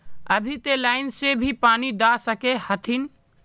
अभी ते लाइन से भी पानी दा सके हथीन?